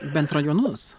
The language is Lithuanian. bent rajonus